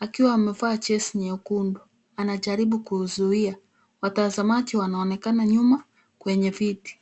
akiwa amevaa jezi nyekundu anajaribu kuuzia. Watazamaji wanaonekana nyuma kwenye viti.